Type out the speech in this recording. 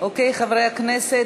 חברי הכנסת,